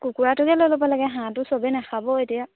কুকুৰাটোকে লৈ ল'ব লাগে হাঁহটো সবেই নাখাব এতিয়া